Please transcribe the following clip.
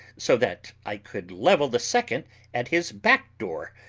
so that i could level the second at his back-door,